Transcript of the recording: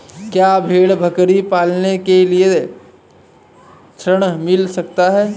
क्या भेड़ बकरी पालने के लिए ऋण मिल सकता है?